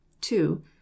Two